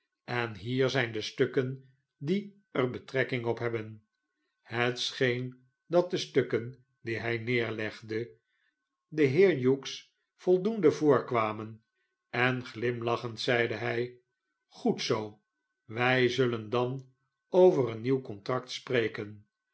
en hier zijn de stukken die er betrekking op hebben het scheen dat de stukken die hy neerlegde den heer hughes voldoende voorkwamen en glimlachend zeide hij goed zoo wij zullen dan over een nieuw contract spreken